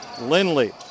Lindley